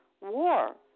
war